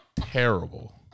terrible